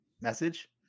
message